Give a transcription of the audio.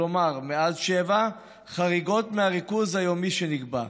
כלומר מעל שבע חריגות מהריכוז היומי שנקבע,